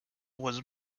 was